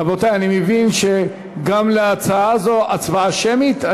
רבותי, אני מבין שגם בהצעה זו ההצבעה שמית?